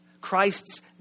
Christ's